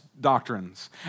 doctrines